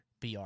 BR